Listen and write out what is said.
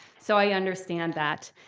so i understand that.